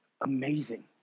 amazing